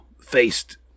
faced